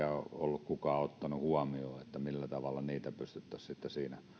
ollut kukaan ottanut huomioon että millä tavalla niitä pystyttäisiin sitten siinä